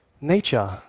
Nature